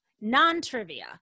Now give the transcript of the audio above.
non-trivia